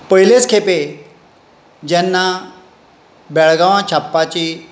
पयलेच खेपे जेन्ना बेळगांवां छापपाची